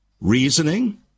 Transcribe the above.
reasoning